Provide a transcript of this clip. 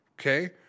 okay